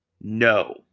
No